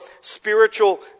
spiritual